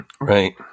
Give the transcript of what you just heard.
Right